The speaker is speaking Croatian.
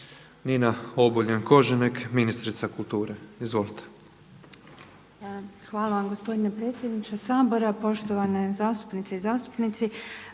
Nina Obuljen-Koržinek, ministrica kulture. Izvolite. **Obuljen Koržinek, Nina** Hvala vam gospodine predsjedniče Sabora, poštovane zastupnice i zastupnici.